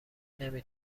نمی